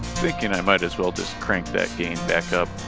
thinking i might as well just crank that gain back up